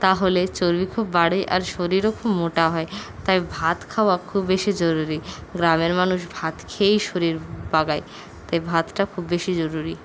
তাহলে চর্বি খুব বাড়ে আর শরীরও খুব মোটা হয় তাই ভাত খাওয়া খুব বেশি জরুরি গ্রামের মানুষ ভাত খেয়েই শরীর বাগায় তাই ভাতটা খুব বেশি জরুরি